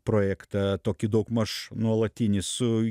projektą tokį daugmaž nuolatinį su